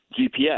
GPS